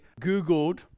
googled